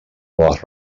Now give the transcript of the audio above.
les